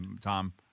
Tom